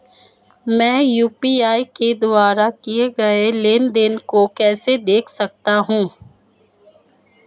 मैं यू.पी.आई के द्वारा किए गए लेनदेन को कैसे देख सकता हूं?